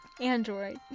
Android